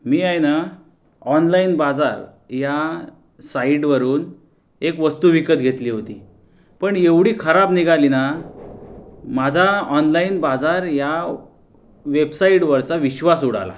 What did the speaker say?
मी आहे ना ऑनलाइनबाजार ह्या साईटवरून एक वस्तु विकत घेतली होती पण एवढी खराब निघाली ना माझा ऑनलाइनबाजार या वेबसाइटवरचा विश्वास उडाला